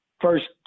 First